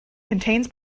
contains